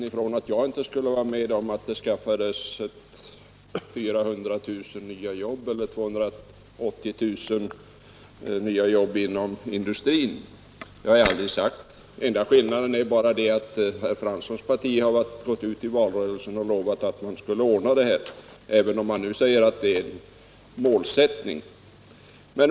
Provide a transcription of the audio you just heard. Herr talman! Jag vet inte varifrån herr Fransson fick uppgiften att jag Torsdagen den inte skulle vara med på att det ordnas 400 000 nya jobb, varav 280 000 12 maj 1977 inom industrin. Det har jag aldrig sagt. Det är bara det att herr Franssons — parti har gått ut i valrörelsen och lovat att förverkliga detta, även om man = Vissa industri och nu säger att det bara var en målsättning.